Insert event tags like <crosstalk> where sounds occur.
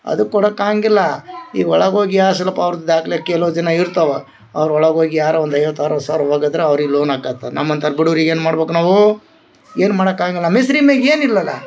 ಅದಕ್ಕೆ ಕೊಡಾಕ ಆಗಂಗಿಲ್ಲ ಇವ್ರ ಒಳಗ ಹೋಗಿ <unintelligible> ದಾಖ್ಲೆ ಕೇಳೋ ಜನ ಇರ್ತಾವ ಅವ್ರ ಒಳಗ ಹೋಗಿ ಯಾರೋ ಒಂದು ಐವತ್ತು ಅರ್ವತ್ತು ಸಾವಿರ ಒಗದ್ರ ಅವ್ರಿಗ ಲೋನ್ ಆಕತ ನಮ್ಮಂಥರ ಬಡುವ್ರಿಗ ಏನು ಮಾಡ್ಬಕ ನಾವು ಏನು ಮಾಡಾಕ ಆಗಲ್ಲ ನಮ್ಮ ಹೆಸ್ರಿಗ್ ಏನು ಇಲ್ಲ ಅಲಾ